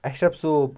اشرف صوب